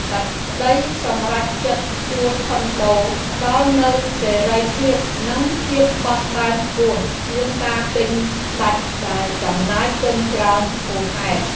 សេចក្តីសម្រេចចិត្តជួលខុនដូផ្តល់នូវសេរីភាព និងភាពបត់បែនខ្ពស់ជាងការទិញដាច់ដែលចំណាយទុនច្រើនហួសហេតុ។